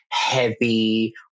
heavy